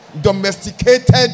domesticated